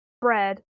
bread